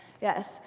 Yes